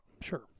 sure